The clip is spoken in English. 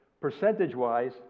percentage-wise